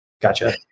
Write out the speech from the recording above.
Gotcha